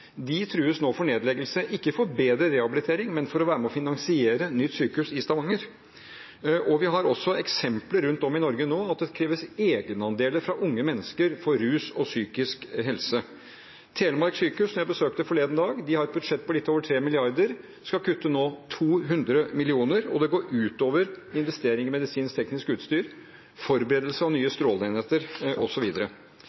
trues nå med nedleggelse – ikke for bedre rehabilitering, men for å være med og finansiere nytt sykehus i Stavanger. Vi har også eksempler rundt om i Norge på at det nå kreves egenandeler fra unge mennesker for rus- og psykisk helsebehandling. Sykehuset Telemark, som jeg besøkte forleden dag, har et budsjett på litt over 3 mrd. kr. De skal nå kutte 200 mill. kr, og det går ut over investering i medisinsk-teknisk utstyr, forberedelse av nye